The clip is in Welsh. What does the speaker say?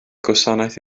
gwasanaeth